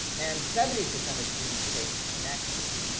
and seventy percent of students take connections,